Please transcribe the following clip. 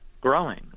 growing